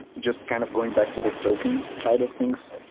just kind of going back to the token side of things,